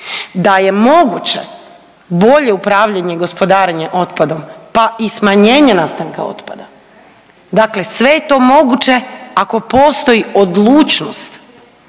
da je moguće bolje upravljanje i gospodarenje otpadom pa i smanjenje nastanka otpada. Dakle, sve je to moguće ako postoji odlučnost